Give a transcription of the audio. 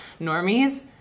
normies